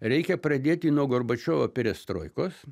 reikia pradėti nuo gorbačiovo perestroikos